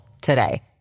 today